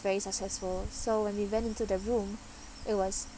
very successful so when we went into the room it was